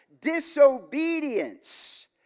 disobedience